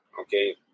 Okay